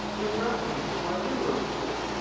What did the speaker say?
with reference to my literary career.